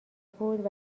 بود